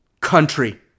country